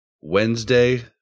Wednesday